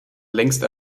längst